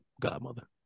godmother